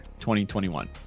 2021